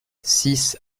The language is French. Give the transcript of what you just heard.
six